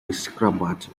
distributed